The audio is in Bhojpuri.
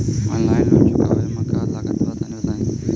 आनलाइन लोन चुकावे म का का लागत बा तनि बताई?